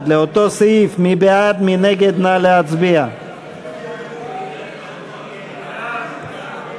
בעד, 43, נגד, 57, אין נמנעים.